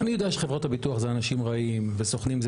אני יודע שחברות הביטוח זה אנשים רעים וסוכנים זה